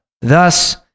thus